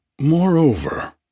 Moreover